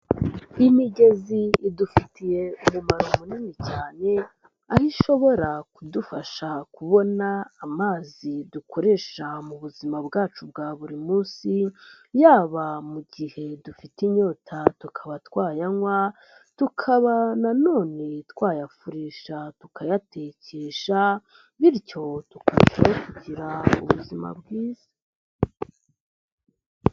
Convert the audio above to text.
Imigezi idufitiye umumaro munini cyane, aho ishobora kudufasha kubona amazi dukoresha mu buzima bwacu bwa buri munsi, yaba mu gihe dufite inyota tukaba twayanywa, tukaba nanone twayafurisha, tukayatekesha, bityo tukarushaho kugira ubuzima bwiza.